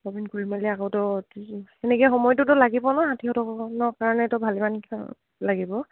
Aubin কৰি মেলি আকৌতো সেনেকে সময়টোতো লাগিব ন ষঠিশ টকাখনৰ কাৰণেেতো ভালে মান লাগিব